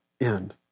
end